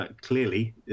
Clearly